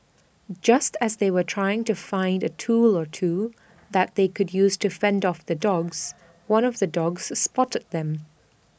just as they were trying to find A tool or two that they could use to fend off the dogs one of the dogs spotted them